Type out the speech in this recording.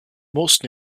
most